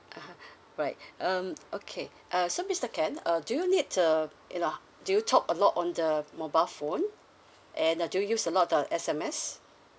ah ha right um okay uh so mister ken uh do you need uh you know do you talk a lot on the mobile phone and uh do you use a lot of S_M_S